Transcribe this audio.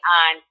on